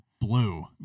blue